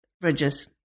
bridges